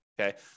okay